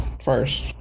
first